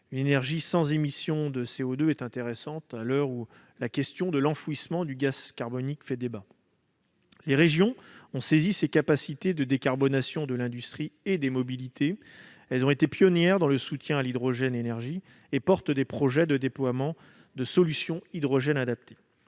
Une énergie sans émission de CO2 est intéressante, à l'heure où la question de l'enfouissement du gaz carbonique fait débat. Les régions ont saisi ces capacités de décarbonation pour l'industrie et les mobilités. Elles ont été pionnières dans le soutien à l'hydrogène et portent des projets de déploiement de solutions adaptées.